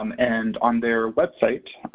um and on their website,